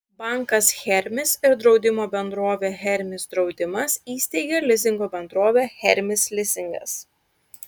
bankas hermis ir draudimo bendrovė hermis draudimas įsteigė lizingo bendrovę hermis lizingas